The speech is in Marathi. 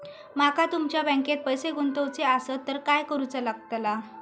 माका तुमच्या बँकेत पैसे गुंतवूचे आसत तर काय कारुचा लगतला?